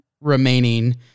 remaining